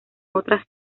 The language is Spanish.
otras